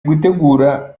gutegura